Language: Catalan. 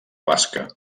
basca